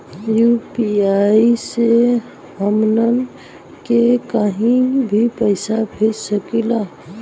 UPI से हमहन के कहीं भी पैसा भेज सकीला जा?